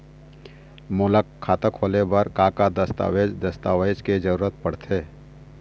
मोला खाता खोले बर का का दस्तावेज दस्तावेज के जरूरत पढ़ते?